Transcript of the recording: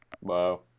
Wow